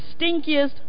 stinkiest